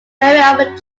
trap